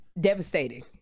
Devastating